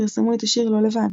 פרסמו את השיר "לא לבד".